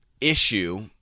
issue